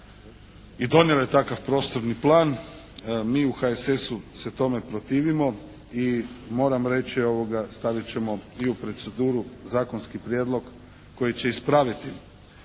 i donijele takav prostorni plan. Mi u HSS-u se tome protivimo i moram reći, stavit ćemo i u proceduru zakonski prijedlog koji će ispraviti